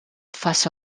faça